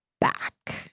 back